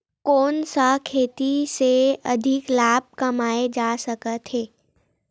कोन सा खेती से अधिक लाभ कमाय जा सकत हे?